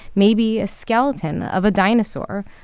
maybe a skeleton of a dinosaur.